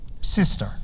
sister